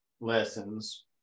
lessons